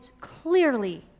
clearly